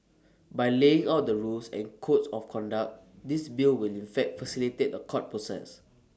by laying out the rules and codes of conduct this bill will in fact facilitate A court process